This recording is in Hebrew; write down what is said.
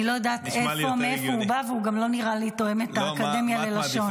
אני לא יודעת מאיפה הוא בא והוא גם לא נראה לי תואם את האקדמיה ללשון.